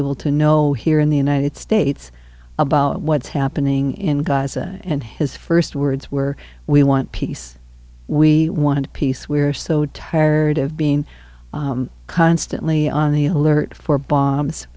able to know here in the united states about what's happening in gaza and his first words were we want peace we want peace we're so tired of being constantly on the alert for bombs